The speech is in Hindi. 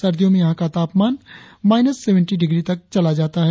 सर्दियों में यहां का तापमान माईनस सेवेंटी डिग्री तल चला जाता है